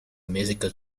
musical